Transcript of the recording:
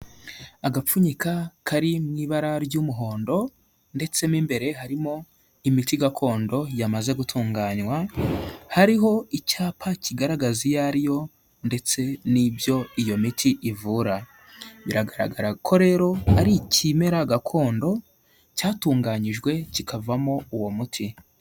Agapfunyika kari mu ibara ry'umuhondo ndetse mo imbere harimo imiti gakondo yamaze gutunganywa, hariho icyapa kigaragaza iyo ari yo ndetse n'ibyo iyo miti ivura, biragaragara ko rero ari ikimera gakondo cyatunganyijwe kikavamo uwo muti.